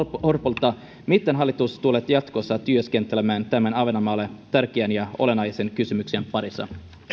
orpolta miten hallitus tulee jatkossa työskentelemään tämän ahvenanmaalle tärkeän ja olennaisen kysymyksen parissa